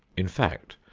in fact,